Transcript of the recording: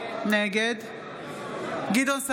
נגד גדעון סער,